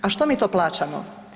A što mi to plaćamo?